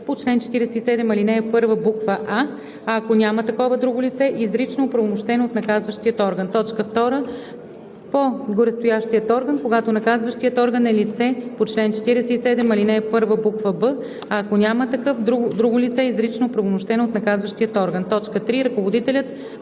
по чл. 47, ал. 1, буква „а“, а ако няма такова – друго лице, изрично оправомощено от наказващия орган; 2. по-горестоящият орган, когато наказващият орган е лице по чл. 47, ал. 1, буква „б“, а ако няма такъв – друго лице, изрично оправомощено от наказващия орган; 3. ръководителят